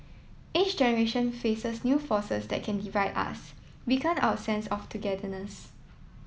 each generation faces new forces that can divide us weaken our sense of togetherness